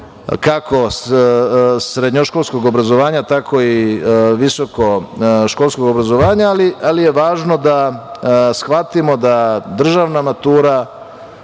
kako srednjoškolskog obrazovanja, tako i visokoškolskog obrazovanja, ali je važno da shvatimo da državna matura